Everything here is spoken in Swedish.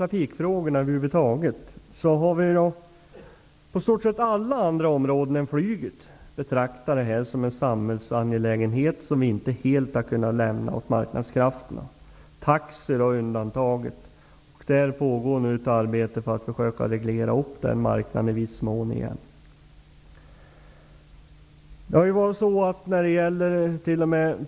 Trafikfrågor har vi på i stort sett alla andra områden än flygets betraktat som en samhällsangelägenhet som inte helt har kunnat lämnas åt marknadskrafterna. Taxi är undantaget. Där pågår nu ett arbete för att försöka att i viss mån reglera upp den marknaden igen.